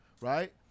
Right